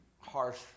harsh